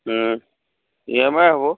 E M I হ'ব